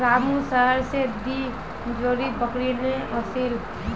रामू शहर स दी जोड़ी बकरी ने ओसील